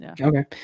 Okay